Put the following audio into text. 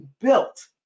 built